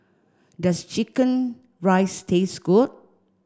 does chicken rice taste good